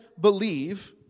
believe